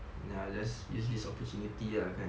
ya I'll just use this opportunity lah kan